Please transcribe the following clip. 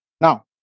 Now